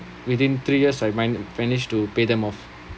within three years I mind~ managed to pay them off